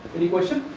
any question?